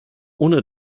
ohne